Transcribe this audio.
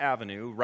Avenue